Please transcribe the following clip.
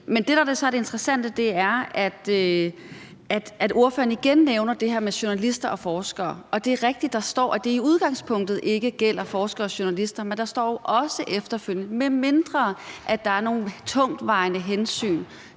Men det, der så er det interessante, er, at ordføreren igen nævner det her med journalister og forskere. Det er rigtigt, at der står, at det i udgangspunktet ikke gælder forskere og journalister, men der står også efterfølgende: medmindre der er nogle tungtvejende hensyn,